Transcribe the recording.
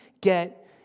get